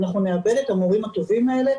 כדי שתבינו כמה שאסור בכלל לחשוב על סגירת היחידה.